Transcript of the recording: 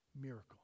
miracle